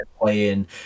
playing